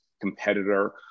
competitor